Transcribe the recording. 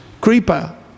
creeper